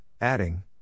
adding